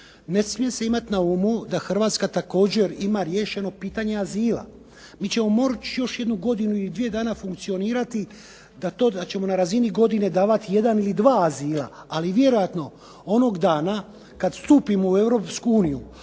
Ne smije se imati na umu da Hrvatska također ima riješeno pitanje azila. Mi ćemo morati još jednu godinu i dvije dana funkcionirati da to da ćemo na razini godine davati jedan ili dva azila. Ali vjerojatno onog dana kada stupimo u